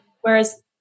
Whereas